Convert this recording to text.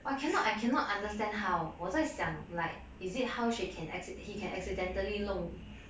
I cannot I cannot understand 我在想 like how like is it how she can acci~ he can accidentally 弄